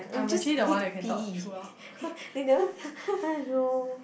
I'm just need to pee they never !aiyo!